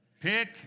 Pick